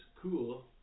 cool